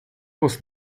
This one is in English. was